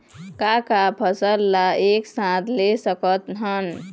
का का फसल ला एक साथ ले सकत हन?